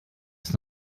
ist